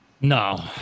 no